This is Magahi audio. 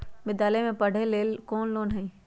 विद्यालय में पढ़े लेल कौनो लोन हई?